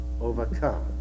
overcome